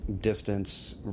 distance